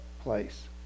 place